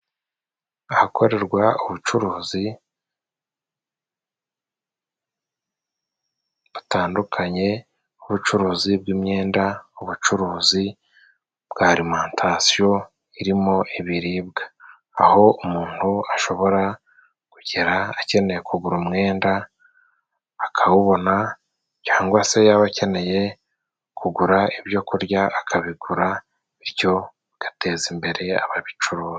Ahakorerwa ubucuruzi butandukanye nk'ubucuruzi bw'imyenda, ubucuruzi bwa alimentasiyo, irimo ibiribwa. Aho umuntu ashobora kugera akeneye kugura umwenda akawubona cyangwa se yaba akeneye kugura ibyo kurya akabigura bityo bigateza imbere ababicuruza.